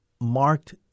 marked